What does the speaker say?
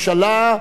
לקריאה ראשונה.